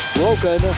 broken